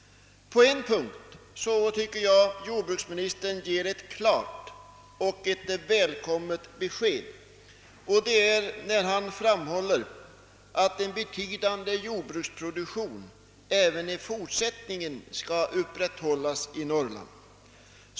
På en punkt tycker jag att jordbruksministern ger ett klart och välkommet besked, nämligen när han framhåller att en betydande jordbruksproduktion även i fortsättningen skall upprätthållas i Norrland.